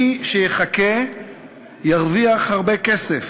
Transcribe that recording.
מי שיחכה ירוויח הרבה כסף,